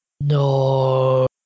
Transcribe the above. No